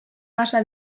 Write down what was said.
gasa